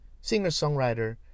Singer-songwriter